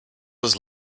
was